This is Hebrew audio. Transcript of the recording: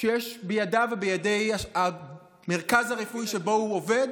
שיש בידיו ובידי המרכז הרפואי שבו הוא עובד,